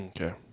Okay